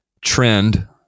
trend